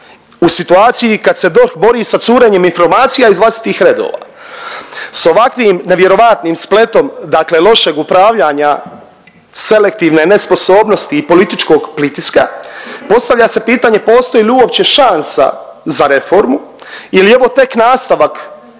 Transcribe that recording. u situaciji kad se DORH bori sa curenjem informacija iz vlastitih redova. Sa ovakvim nevjerojatnim spletom, dakle lošeg upravljanja selektivne nesposobnosti i političkog pritiska postavlja se pitanje postoji li uopće šansa za reformu ili je ovo tek nastavak